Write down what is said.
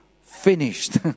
finished